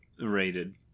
rated